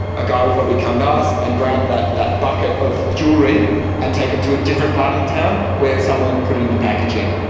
a guy will probably come past and grab that that bucket of jewelry and take it to a different part of the town, where someone will put it into packaging.